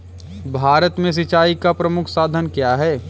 भारत में सिंचाई का प्रमुख साधन क्या है?